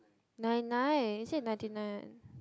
ninety nine I said ninety nine